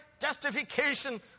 justification